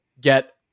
get